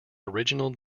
original